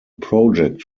project